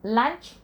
lunch